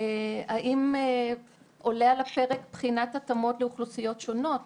האם עולה על הפרק בחינת התאמות לאוכלוסיות שונות,